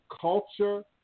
Culture